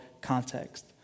context